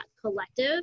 collective